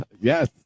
Yes